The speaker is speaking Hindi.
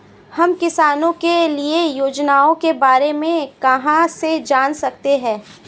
हम किसानों के लिए योजनाओं के बारे में कहाँ से जान सकते हैं?